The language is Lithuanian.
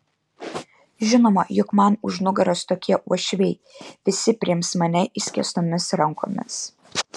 žinoma juk man už nugaros tokie uošviai visi priims mane išskėstomis rankomis